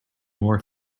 more